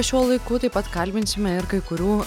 šiuo laiku taip pat kalbinsime ir kai kurių